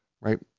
right